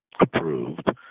approved